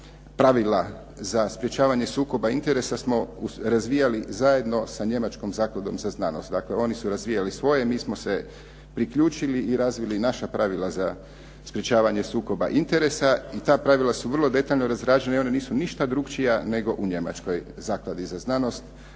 pravila za sprječavanje sukoba interesa smo razvijali zajedno sa njemačkom Zakladom za znanost, dakle oni su razvijali svoje mi smo se priključili i razvili naša pravila za sprječavanje sukoba interesa i ta pravila su vrlo detaljno razrađena i ona nisu ništa drukčija nego u njemačkoj Zakladi za znanost.